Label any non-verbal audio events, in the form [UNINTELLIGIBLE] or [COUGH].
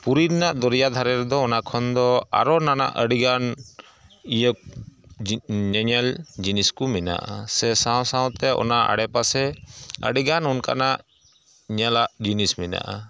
ᱯᱩᱨᱤ ᱨᱮᱱᱟᱜ ᱫᱚᱨᱭᱟ ᱫᱷᱟᱨᱮ ᱨᱮᱫᱚ ᱚᱱᱟᱠᱷᱚᱱ ᱫᱚ ᱟᱨᱚ ᱱᱟᱱᱟ ᱟᱹᱰᱤᱜᱟᱱ ᱤᱭᱟᱹ [UNINTELLIGIBLE] ᱧᱮᱧᱮᱞ ᱡᱤᱱᱤᱥᱠᱚ ᱢᱮᱱᱟᱜᱼᱟ ᱥᱟᱶ ᱥᱟᱶᱛᱮ ᱚᱱᱟ ᱟᱲᱮᱯᱟᱥᱮ ᱟᱹᱰᱤᱜᱟᱱ ᱚᱱᱠᱟᱱᱟᱜ ᱧᱮᱞᱟᱜ ᱡᱤᱱᱤᱥ ᱢᱮᱱᱟᱜᱼᱟ